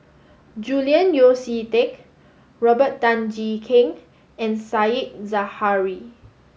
Julian Yeo See Teck Robert Tan Jee Keng and Said Zahari